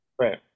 Right